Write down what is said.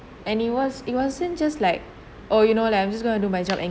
and it was it wasn't just like oh you know like I'm just going to do my job and